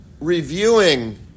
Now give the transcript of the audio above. reviewing